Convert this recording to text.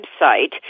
website